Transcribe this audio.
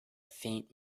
faint